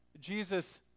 Jesus